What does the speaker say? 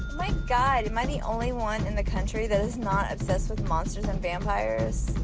my god, am i the only one in the country that is not obsessed with monsters and vampires?